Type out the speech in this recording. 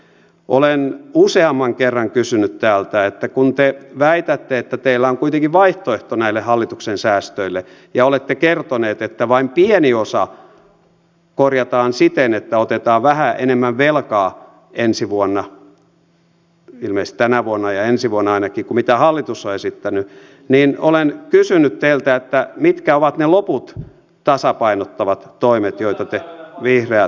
olen useamman kerran kysynyt täällä että kun te väitätte että teillä on kuitenkin vaihtoehto näille hallituksen säästöille ja olette kertoneet että vain pieni osa korjataan siten että otetaan vähän enemmän velkaa ensi vuonna ilmeisesti tänä vuonna ja ensi vuonna ainakin kuin mitä hallitus on esittänyt niin olen kysynyt teiltä mitkä ovat ne loput tasapainottavat toimet joita te vihreät kannatatte